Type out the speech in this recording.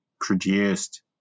produced